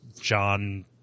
John